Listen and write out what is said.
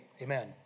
Amen